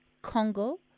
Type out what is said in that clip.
Congo